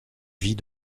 vit